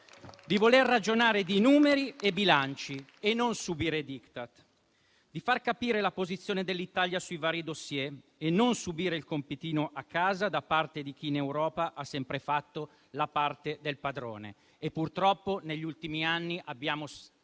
di ragionare di numeri e bilanci e di non subire *diktat*, di far capire la posizione dell'Italia sui vari *dossier* e di non subire il compitino a casa da parte di chi in Europa ha sempre fatto la parte del padrone. E purtroppo, negli ultimi anni, abbiamo spesso